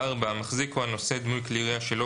(4)המחזיק או הנושא דמוי כלי ירייה שלא